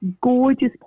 gorgeous